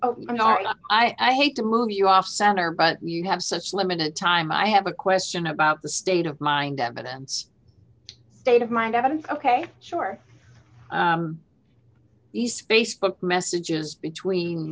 i'm not i hate to move you off center but you have such limited time i have a question about the state of mind evidence state of mind evidence ok sure these facebook messages between